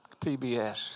PBS